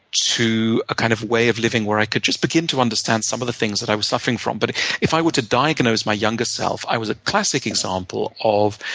to a kind of way of living where i could just begin to understand some of the things that i was suffering from. but if i were to diagnose my younger self, i was a classic example of